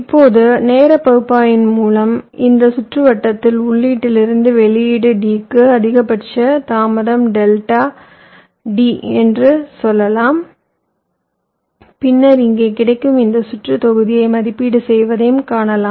இப்போது நேர பகுப்பாய்வின் மூலம் இந்த சுற்றுவட்டத்தில் உள்ளீட்டிலிருந்து வெளியீடு D க்கு அதிகபட்ச தாமதம் டெல்டா D என்று சொல்லலாம் பின்னர் இங்கே கிடைக்கும் இந்த சுற்று தொகுதியை மதிப்பீடு செய்வதையும் காணலாம்